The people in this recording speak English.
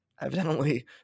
evidently